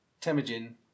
Temujin